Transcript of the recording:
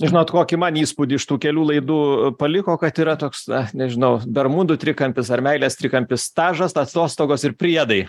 žinot kokį man įspūdį iš tų kelių laidų paliko kad yra toks na aš nežinau bermudų trikampis ar meilės trikampis stažas atostogos ir priedai